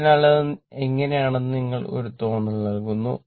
അതിനാൽ അത് എങ്ങനെയാണെന്ന് നിങ്ങൾക്ക് ഒരു തോന്നൽ നൽകുന്നു